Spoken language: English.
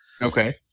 Okay